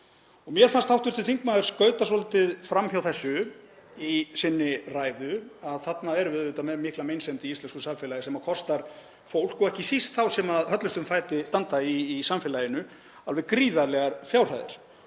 Mér fannst hv. þingmaður skauta svolítið fram hjá þessu í sinni ræðu, að þarna erum við auðvitað með mikla meinsemd í íslensku samfélagi sem kostar fólk og ekki síst þá sem höllustum fæti standa í samfélaginu alveg gríðarlegar fjárhæðir.